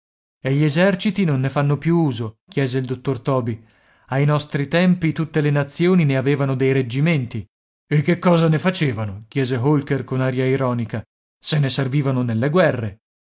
e gli eserciti non ne fanno più uso chiese il dottor toby ai nostri tempi tutte le nazioni ne avevano dei reggimenti e che cosa ne facevano chiese holker con aria ironica se ne servivano nelle guerre